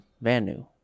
venue